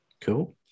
Cool